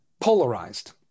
polarized